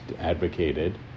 advocated